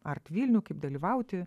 art vilnių kaip dalyvauti